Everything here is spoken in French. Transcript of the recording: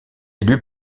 élu